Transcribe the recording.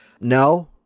No